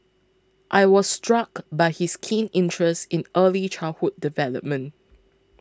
I was struck by his keen interest in early childhood development